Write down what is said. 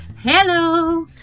Hello